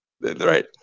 Right